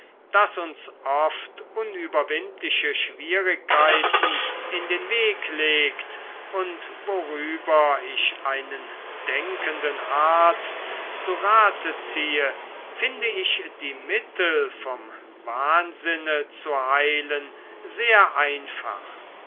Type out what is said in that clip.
das uns oft unüberwindliche schwierigkeiten in den weg legt und worüber ich einen denkenden arzt zu rate ziehe finde ich die mittel vom wahnsinne zu heilen sehr einfach